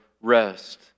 rest